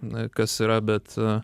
na kas yra bet